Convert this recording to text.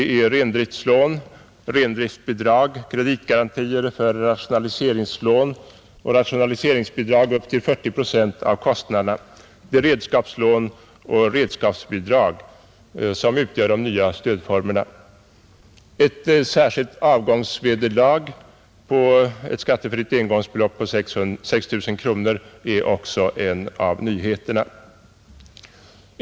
Rendriftlån, rendriftbidrag, kreditgarantier för rationaliseringslån, rationaliseringsbidrag upp till 40 procent av kostnaderna, redskapslån och redskapsbidrag utgör de nya stödformerna. Ett särskilt avgångsvederlag med ett skattefritt engångsbelopp på 6 000 kronor är också en av nyheterna.